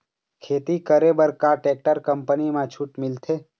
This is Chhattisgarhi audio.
खेती करे बर का टेक्टर कंपनी म छूट मिलथे?